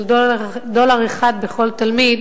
של דולר אחד בכל תלמיד,